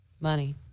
Money